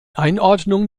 einordnung